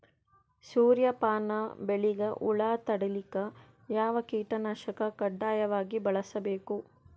ಸೂರ್ಯಪಾನ ಬೆಳಿಗ ಹುಳ ತಡಿಲಿಕ ಯಾವ ಕೀಟನಾಶಕ ಕಡ್ಡಾಯವಾಗಿ ಬಳಸಬೇಕು?